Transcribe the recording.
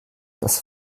das